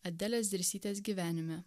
adelės dirsytės gyvenime